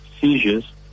seizures